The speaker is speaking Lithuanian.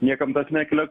niekam tas nekelia